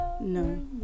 No